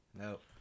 Nope